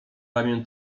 ramię